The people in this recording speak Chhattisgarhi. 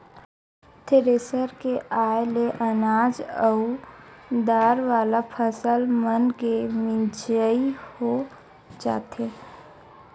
थेरेसर के आये ले अनाज अउ दार वाला फसल मनके मिजई हो जाथे